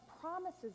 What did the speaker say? promises